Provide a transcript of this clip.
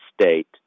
state